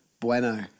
Bueno